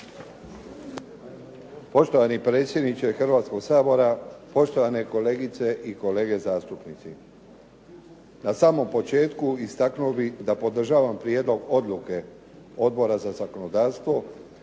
Poštovani predsjedniče Hrvatskog sabora, poštovane kolegice i kolege zastupnici. Na samom početku istaknuo bih da podržavam Prijedlog odluke Odbora za zakonodavstvo